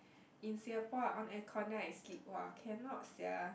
in Singapore I on aircon then I sleep !wah! cannot sia